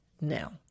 now